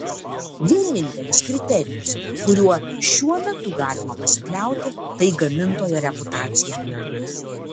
vienintelis kriterijus kuriuo šiuo metu galima pasikliauti tai gamintojo reputacija